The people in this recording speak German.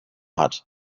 hat